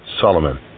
Solomon